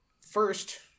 First